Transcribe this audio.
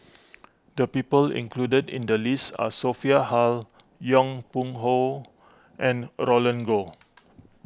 the people included in the list are Sophia Hull Yong Pung How and Roland Goh